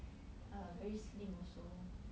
err very slim also